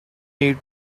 need